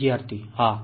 વિદ્યાર્થી હા